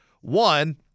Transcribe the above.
One